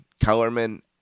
Kellerman